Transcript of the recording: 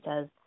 says